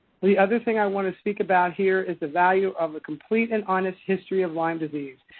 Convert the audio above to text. the other thing i want to speak about here is the value of the complete and honest history of lyme disease,